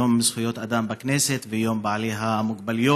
יום זכויות האדם בכנסת והיום לבעלי המוגבלויות.